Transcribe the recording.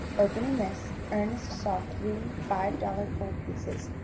opening this, ernest saw three five-dollar gold pieces.